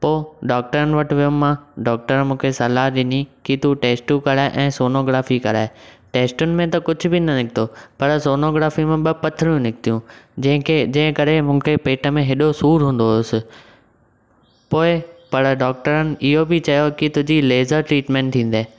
पोइ डोक्टरनि वटि वयुमि मां डॉक्टरनि मूंखे सलाह ॾिनी की तू टेस्टूं कराए ऐं सोनोग्राफी कराए टेस्टुनि में त कुझु बि न निकितो पर सोनोग्राफी मां ॿ पथरियूं निकितियूं जंहिंखे जंहिं करे मूंखे पेट में हेॾो सूरु हूंदो होसि पोइ पर डॉक्टरनि इहो बि चयो कि तुंहिंजी लेज़र ट्रीटमेंट थीन्दई